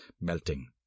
melting